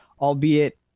albeit